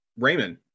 Raymond